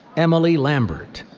emily lambert.